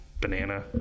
banana